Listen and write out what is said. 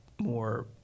more